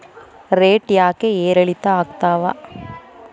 Rate ಯಾಕೆ ಏರಿಳಿತ ಆಗ್ತಾವ?